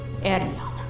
Ariana